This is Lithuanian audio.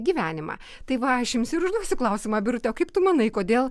gyvenimą tai va aš jums ir užduosiu klausimą birute kaip tu manai kodėl